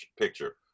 picture